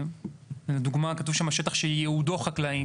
לדוגמה, כתוב "שטח שייעודו חקלאי".